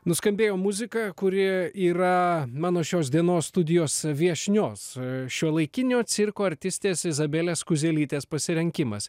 nuskambėjo muzika kuri yra mano šios dienos studijos viešnios šiuolaikinio cirko artistės izabelės kuzelytės pasirinkimas